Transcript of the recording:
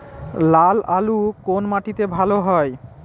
লাল আলু কোন মাটিতে ভালো হয়?